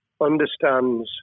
understands